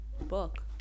Book